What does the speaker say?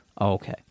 Okay